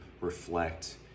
reflect